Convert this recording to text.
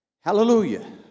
Hallelujah